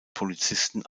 polizisten